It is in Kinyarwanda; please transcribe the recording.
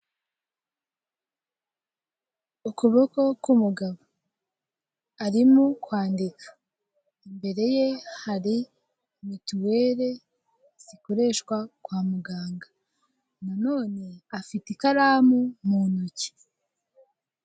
Ukuboko k'umugabo arimo kwandika, imbere ye hari mituwele zikoreshwa kwa muganga nanone afite ikaramu mu ntoke.